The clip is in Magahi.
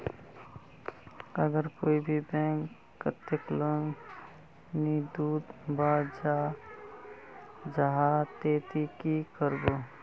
अगर कोई भी बैंक कतेक लोन नी दूध बा चाँ जाहा ते ती की करबो?